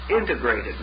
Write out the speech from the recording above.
integrated